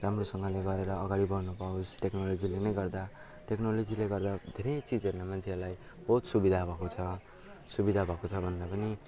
राम्रोसँगले गरेर अगाडि बढ्नु पाओस् टेक्नोलोजीले नै गर्दा टेक्नोलोजीले गर्दा धेरै चिजहरूमा मान्छेहरूलाई बहुत सुविधा भएको छ सुविधा भएको छ भन्दा पनि